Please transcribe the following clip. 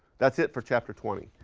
that's it for chapter twenty,